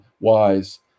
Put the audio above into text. wise